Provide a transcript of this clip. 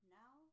now